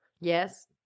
Yes